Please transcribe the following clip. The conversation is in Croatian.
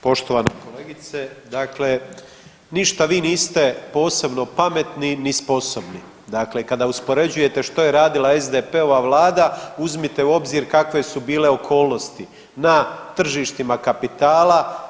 Poštovana kolegice, dakle ništa vi niste posebno pametni ni sposobni, dakle kada uspoređujete što je radila SDP-ova vlada uzmite u obzir kakve su bile okolnosti na tržištima kapitala.